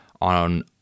on